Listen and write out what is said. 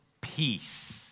peace